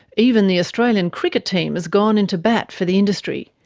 even the australian cricket team has gone into bat for the industry.